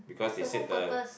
what's the whole purpose